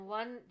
one